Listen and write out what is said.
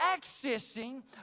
accessing